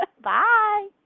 bye